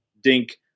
Dink